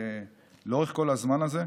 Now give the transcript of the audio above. לאורך כל הזמן הזה.